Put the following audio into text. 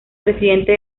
presidente